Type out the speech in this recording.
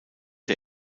der